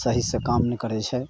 सही सँ काम नहि करै छै